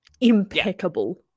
Impeccable